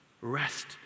Rest